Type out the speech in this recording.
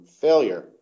Failure